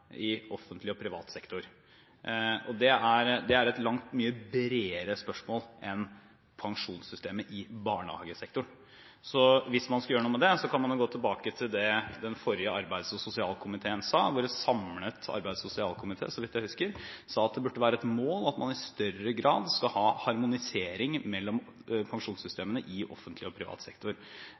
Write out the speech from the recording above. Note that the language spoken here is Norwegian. i offentlig og privat sektor. Det er et langt bredere spørsmål enn pensjonssystemet i barnehagesektoren. Så hvis man skal gjøre noe med det, kan man jo gå tilbake til det den forrige arbeids- og sosialkomiteen sa – det var en samlet arbeids- og sosialkomité, så vidt jeg husker – at det burde være et mål at man i større grad skal ha harmonisering mellom pensjonssystemene i offentlig og privat sektor.